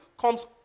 comes